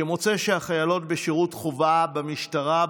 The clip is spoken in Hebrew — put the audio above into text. שמוצא שהחיילות בשירות חובה במשטרה,